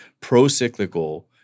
pro-cyclical